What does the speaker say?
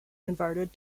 converted